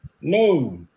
No